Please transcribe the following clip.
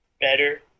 better